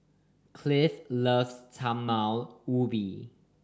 Cliff loves Talam Ubi